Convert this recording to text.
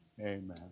amen